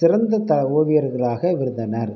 சிறந்த த ஓவியர்களாக இருந்தனர்